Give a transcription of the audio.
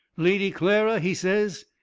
lady clara, he says,